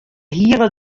hele